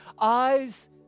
eyes